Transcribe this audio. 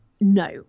no